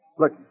Look